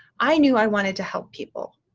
i knew i wanted to help people,